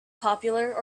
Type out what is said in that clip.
popular